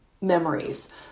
memories